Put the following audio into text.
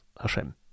Hashem